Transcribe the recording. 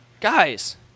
Guys